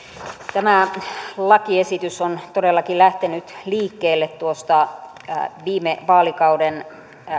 tämä lakiesitys on todellakin lähtenyt liikkeelle tuosta viime vaalikauden